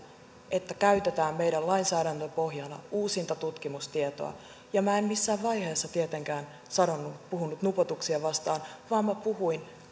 että käytetään meidän lainsäädännön pohjana uusinta tutkimustietoa minä en missään vaiheessa tietenkään puhunut nupoutuksia vastaan vaan minä puhuin